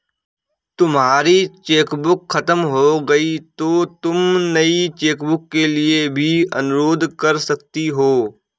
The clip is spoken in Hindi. तुम्हारी चेकबुक खत्म हो गई तो तुम नई चेकबुक के लिए भी अनुरोध कर सकती हो